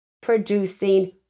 producing